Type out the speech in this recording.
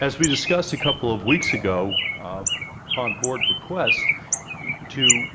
as we discussed a couple of weeks ago um upon board requests to